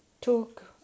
talk